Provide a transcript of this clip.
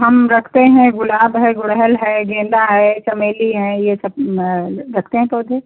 हम रखते हैं गुलाब है गुड़हल है गेंदा है चमेली हैं ये सब रखते हैं पौधे